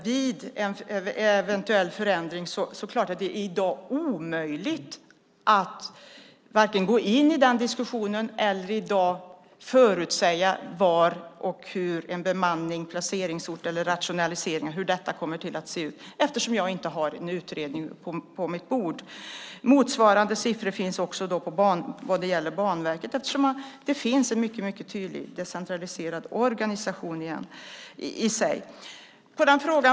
Vid en eventuell förändring är det i dag omöjligt att vare sig gå in i den diskussionen eller förutsäga hur bemanning, placeringsort eller rationaliseringar kommer att se ut eftersom jag inte har en utredning på mitt bord. Motsvarande siffror finns beträffande Banverket eftersom det finns en mycket tydlig decentraliserad organisation.